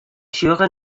sjogge